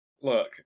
Look